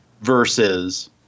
versus